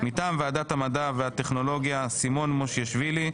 מטעם ועדת המדע והטכנולוגיה: סימון מושיאשוילי,